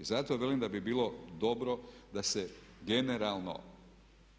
I zato velim da bi bilo dobro da se generalno